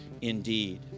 indeed